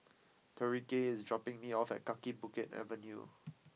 Tyreke is dropping me off at Kaki Bukit Avenue